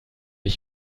ich